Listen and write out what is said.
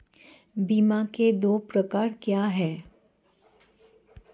बीमा के दो प्रकार क्या हैं?